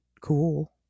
cool